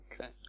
okay